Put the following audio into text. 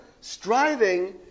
Striving